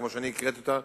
כמו שקראתי אותה,